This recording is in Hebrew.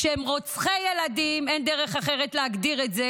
כשהם רוצחים ילדים, אין דרך אחרת להגדיר את זה.